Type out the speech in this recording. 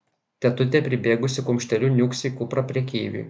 tetutė pribėgusi kumšteliu niūksi į kuprą prekeiviui